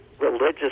religious